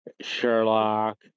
Sherlock